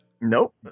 Nope